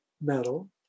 Metal